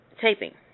taping